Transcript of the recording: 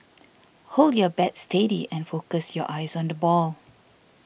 hold your bat steady and focus your eyes on the ball